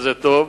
וזה טוב.